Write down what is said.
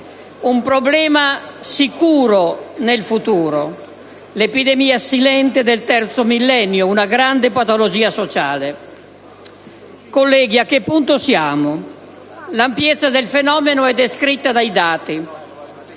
un problema sicuro nel futuro, l'epidemia silente del terzo millennio, una grande patologia sociale. Colleghi, a che punto siamo? L'ampiezza del fenomeno è descritta dai dati.